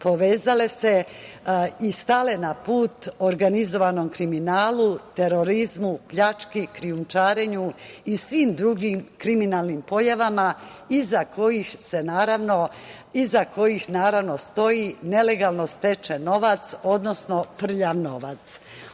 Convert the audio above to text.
povezale se i stale na put organizovanom kriminalu, terorizmu, pljački, krijumčarenju i svim drugim kriminalnim pojavama iza kojih naravno stoji nelegalno stečen novac, odnosno prljav novac. Ono